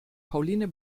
pauline